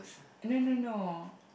no no no